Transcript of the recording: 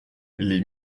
les